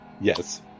Yes